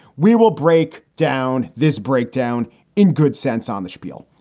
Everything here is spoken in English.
we will break down this breakdown in good sense on the spiel.